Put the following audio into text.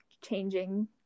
changing